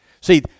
see